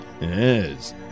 yes